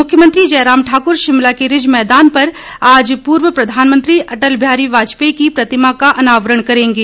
मुख्यमंत्री जयराम ठाकुर शिमला के रिज मैदान पर आज पूर्व प्रधानमंत्री अटल बिहारी वाजपेयी की प्रतिमा का अनावरण करेंगे